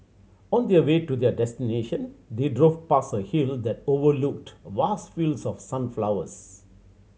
on their way to their destination they drove past a hill that overlooked vast fields of sunflowers